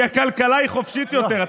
כי הכלכלה היא חופשית יותר.